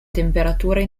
temperature